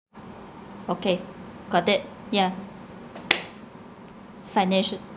okay got it yeah financial